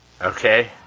okay